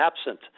absent